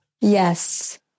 Yes